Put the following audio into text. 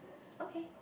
okay